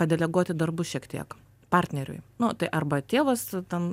padeleguoti darbus šiek tiek partneriui nu tai arba tėvas ten